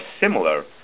similar